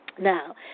Now